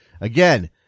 Again